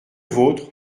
vôtre